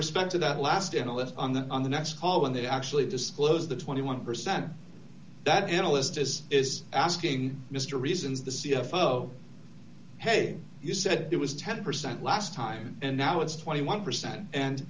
respect to that last analyst on the on the next call when they actually disclosed the twenty one percent that analyst is is asking mr reasons the c f o hey you said it was ten percent last time and now it's twenty one percent